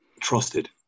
trusted